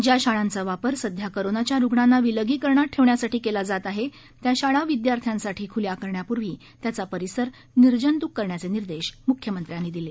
ज्या शाळांचा वापर सध्या कोरोनाच्या रुणांना विलगीकरणात ठेवण्यासाठी केला जात आहे त्या शाळा विद्यार्थ्यांसाठी खुल्या करण्यापूर्वी त्याचा परिसर निर्जंतुक करण्याचे निर्देश मुख्यमंत्र्यांनी दिले